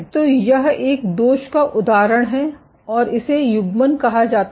तो यह एक दोष का उदाहरण है और इसे युग्मन कहा जाता है